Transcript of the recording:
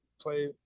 play